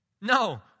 No